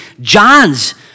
John's